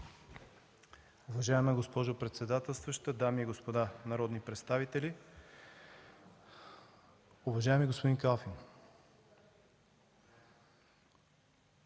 Уважаема госпожо председателстваща, дами и господа народни представители! Уважаеми господин Калфин,